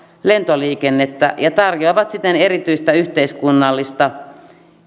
lentoliikennettä ja tarjoa vat siten erityisiä yhteiskunnallisia